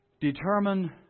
Determine